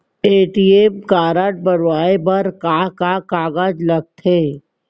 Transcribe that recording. ATM card बनवाये बर का का कागज लगथे?